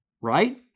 right